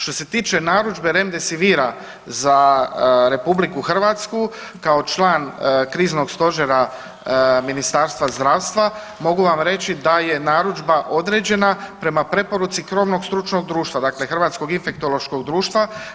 Što se tiče narudžbe Remdesivira za Republiku Hrvatsku kao član Kriznog stožera Ministarstva zdravstva mogu vam reći da je narudžba određena prema preporuci krovnog stručnog društva, dakle Hrvatskog infektološkog društva.